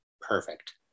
perfect